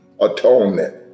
atonement